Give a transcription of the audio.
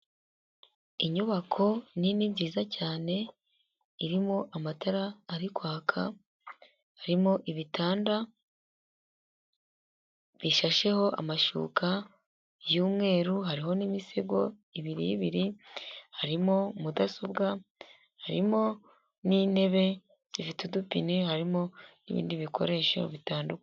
Inyubako nini nziza cyane, irimo amatara ari kwaka, harimo ibitanda bishasheho amashuka y'umweru, hariho n'imisego ibiribiri, harimo mudasobwa harimo n'intebe zifite udupine, harimo n'ibindi bikoresho bitandukanye.